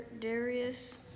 Darius